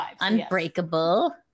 unbreakable